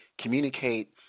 communicate